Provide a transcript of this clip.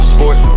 Sport